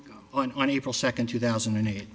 ago on april second two thousand and eight